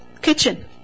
kitchen